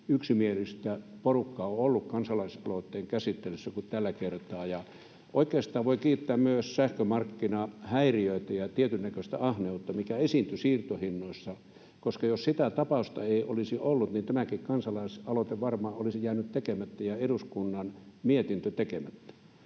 yksimielistä porukkaa on ollut kansalaisaloitteen käsittelyssä kuin tällä kertaa. Oikeastaan voi kiittää myös sähkömarkkinahäiriöitä ja sitä tietynnäköistä ahneutta, mikä esiintyi siirtohinnoissa, koska jos sitä tapausta ei olisi ollut, tämäkin kansalaisaloite varmaan olisi jäänyt tekemättä ja eduskunnan mietintö tekemättä.